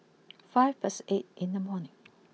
five past eight in the morning